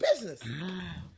business